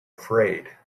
afraid